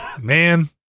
man